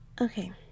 Okay